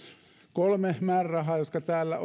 kolme määrärahaa jotka täällä